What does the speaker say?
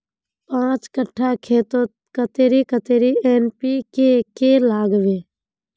पाँच कट्ठा खेतोत कतेरी कतेरी एन.पी.के के लागबे?